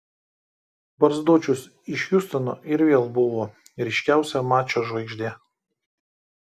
barzdočius iš hjustono ir vėl buvo ryškiausia mačo žvaigždė